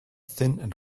thin